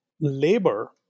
labor